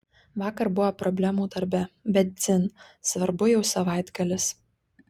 vakar buvo problemų darbe bet dzin svarbu jau savaitgalis